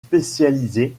spécialisé